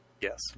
Yes